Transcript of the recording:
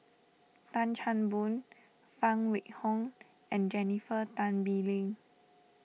Tan Chan Boon Phan Wait Hong and Jennifer Tan Bee Leng